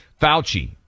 Fauci